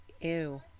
Ew